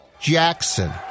Jackson